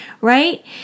Right